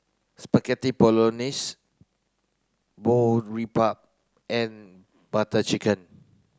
Spaghetti Bolognese Boribap and Butter Chicken